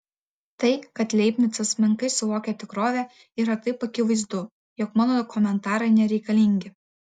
tai kad leibnicas menkai suvokia tikrovę yra taip akivaizdu jog mano komentarai nereikalingi